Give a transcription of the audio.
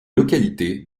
localité